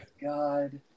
God